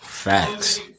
Facts